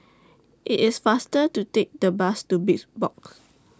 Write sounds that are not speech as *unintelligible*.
IT IS faster to Take The Bus to *unintelligible* Box